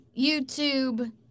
YouTube